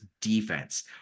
defense